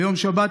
ביום שבת,